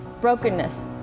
brokenness